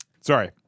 Sorry